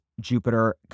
Jupiter